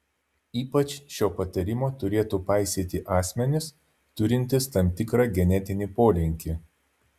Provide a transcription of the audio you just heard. ypač šio patarimo turėtų paisyti asmenys turintys tam tikrą genetinį polinkį